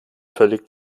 völlig